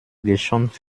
geschont